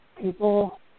people